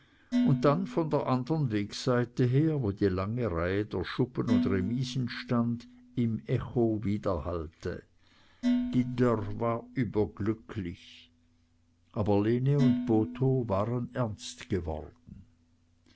und dann von der andren wegseite her wo die lange reihe der schuppen und remisen stand im echo widerhallte die dörr war überglücklich aber lene und botho waren ernst geworden